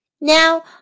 Now